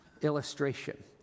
illustration